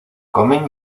comen